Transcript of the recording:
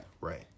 Right